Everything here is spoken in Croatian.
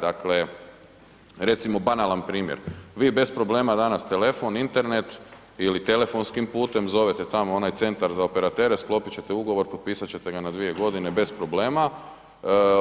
Dakle, banalan primjer vi bez problema danas telefon, internet ili telefonskim putem zovete tamo onaj centar za operatere, sklopit ćete ugovor, potpisat ćete ga na 2 godine bez problema,